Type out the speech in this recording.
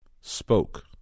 Spoke